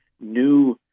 new